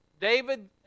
David